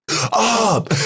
Up